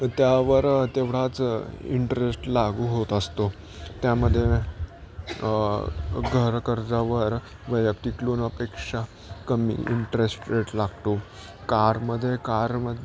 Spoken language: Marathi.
तर त्यावर तेवढाच इंटरेस्ट लागू होत असतो त्यामध्ये घरकर्जावर वैयक्तिक लोन अपेक्षा कमी इंटरेस्ट रेट लागतो कारमध्ये कार म